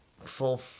Full